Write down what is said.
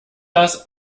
das